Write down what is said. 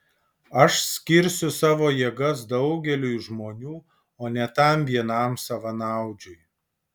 aš skirsiu savo jėgas daugeliui žmonių o ne tam vienam savanaudžiui